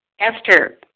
Esther